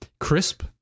Crisp